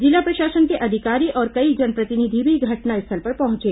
जिला प्रशासन के अधिकारी और कई जनप्रतिनिधि भी घटनास्थल पर पहुंचे